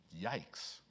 Yikes